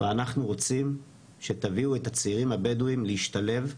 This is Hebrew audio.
ואנחנו רוצים שתביאו את הצעירים הבדואים להשתלב,